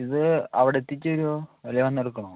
ഇത് അവിടെയെത്തിച്ചു തരുമോ അല്ലെങ്കില് വന്നെടുക്കണമോ